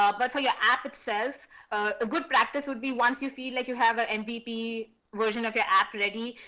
ah but for your app and itself, ah good practice would be once you feel like you have a and mvp version of your app ready,